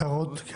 הערות.